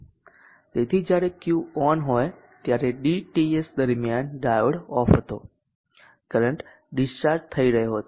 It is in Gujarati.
તેથી જ્યારે Q ઓન હોય ત્યારે dTS દરમિયાન ડાયોડ ઓફ હતો કરંટ ડીસ્ચાર્જ થઈ રહ્યો હતો